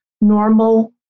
normal